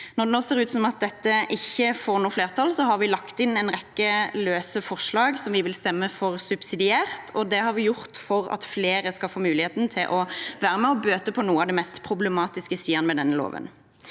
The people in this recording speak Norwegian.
Når det nå ser ut til at dette ikke får flertall, har vi lagt fram en rekke løse forslag som vi vil stemme for subsidiært, og det har vi gjort for at flere skal få muligheten til å være med og bøte på noen av de mest problematiske sidene ved denne loven.